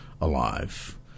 alive